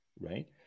Right